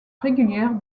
régulière